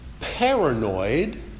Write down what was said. paranoid